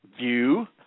view